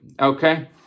okay